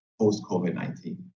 post-COVID-19